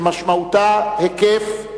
שמשמעותה היקף,